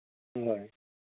ꯍꯣꯏ